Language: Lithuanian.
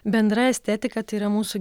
bendra estetika tai yra mūsų